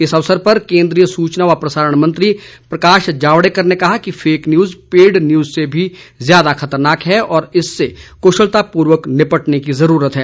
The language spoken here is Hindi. इस अवसर पर केन्द्रीय सूचना व प्रसारण मंत्री प्रकाश जावड़ेकर ने कहा कि फेक न्यूज पेड न्यूज से भी ज्यादा खतरनाक है और इससे कुशलतापूर्वक निपटने की ज़रूरत है